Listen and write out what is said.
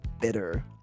bitter